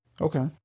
okay